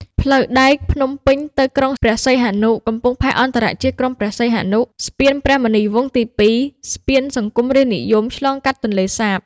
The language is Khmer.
ផ្លូវដែកភ្នំពេញ ទៅក្រុងព្រះសីហនុ, កំពង់ផែអន្តរជាតិក្រុងព្រះសីហនុ, ស្ពានព្រះមុនីវង្សទី២, ស្ពាន "សង្គមរាស្ត្រនិយម" ឆ្លងកាត់ទន្លេសាប។